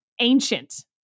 ancient